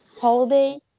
holiday